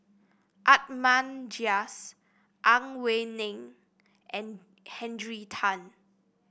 Ahmad Jais Ang Wei Neng and Henry Tan